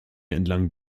entlang